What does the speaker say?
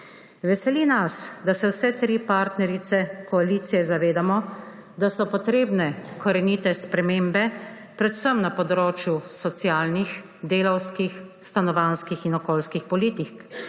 Veseli nas, da se vse tri partnerice koalicije zavedamo, da so potrebne korenite spremembe predvsem na področju socialnih, delavskih, stanovanjskih in okoljskih politik,